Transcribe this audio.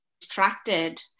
distracted